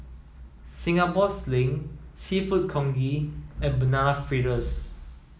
Singapore sling Seafood Congee and banana fritters